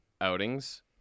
outings